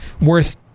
worth